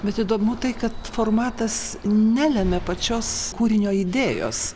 bet įdomu tai kad formatas nelemia pačios kūrinio idėjos